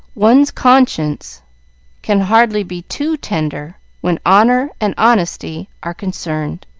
one's conscience can hardly be too tender when honor and honesty are concerned.